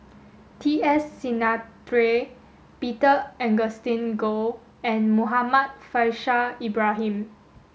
T S Sinnathuray Peter Augustine Goh and Muhammad Faishal Ibrahim